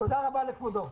תודה רבה לכבודו.